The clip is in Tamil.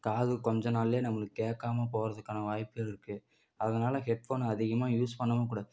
காது கொஞ்சம் நாள்லேயே நம்மளுக்கு கேட்காம போகிறதுக்கான வாய்ப்பு இருக்கு அதனால ஹெட்ஃபோனை அதிகமாக யூஸ் பண்ணவும் கூடாது